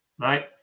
right